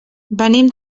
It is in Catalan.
venim